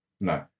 No